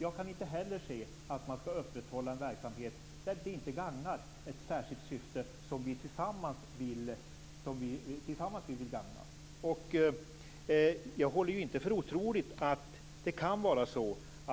Jag kan inte heller se att man skall upprätthålla en verksamhet där det inte gagnar ett särskilt syfte som vi tillsammans vill gagna. Jag håller inte för otroligt att